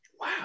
Wow